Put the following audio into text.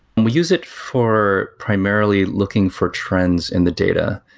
and we use it for primarily looking for trends in the data.